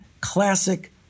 classic